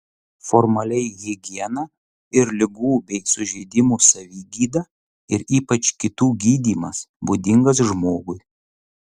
formaliai higiena ir ligų bei sužeidimų savigyda ir ypač kitų gydymas būdingas žmogui